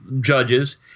judges